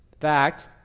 fact